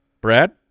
brad